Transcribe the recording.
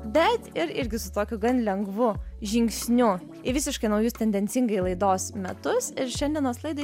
bet ir irgi su tokiu gan lengvu žingsniu į visiškai naujus tendencingai laidos metus ir šiandienos laidai